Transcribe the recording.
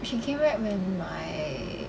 she came back when my